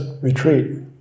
retreat